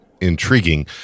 intriguing